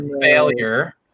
failure